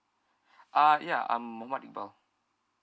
uh ya I'm muhammad iqbal